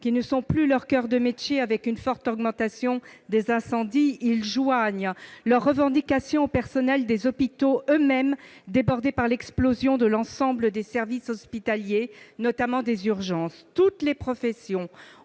qui ne sont plus leur coeur de métier, avec une forte augmentation des incendies, ils joignent leurs revendications à celles des personnels des hôpitaux, eux-mêmes débordés par l'explosion de l'ensemble des services hospitaliers, notamment des urgences. Toutes les professions